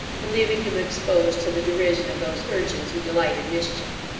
and leaving him exposed to the derision of those urchins who delight in mischief.